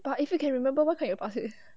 but if you can remember what can't you pass it